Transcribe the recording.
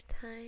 time